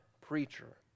preacher